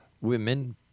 women